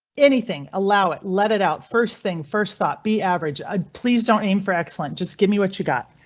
anything, allow it, let it out. first thing first thought, be average i'd please don't aim for excellent, just give me what you got.